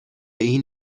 این